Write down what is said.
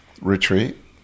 retreat